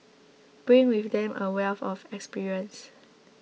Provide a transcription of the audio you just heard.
bring with them a wealth of experience